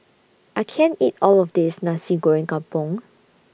I can't eat All of This Nasi Goreng Kampung